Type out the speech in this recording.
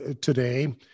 today